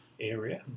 area